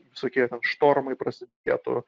visokie ten štormai prasidėtų